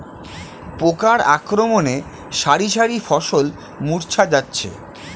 পোকার আক্রমণে শারি শারি ফসল মূর্ছা যাচ্ছে